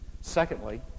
Secondly